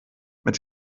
mit